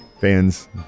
fans